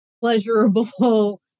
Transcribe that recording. pleasurable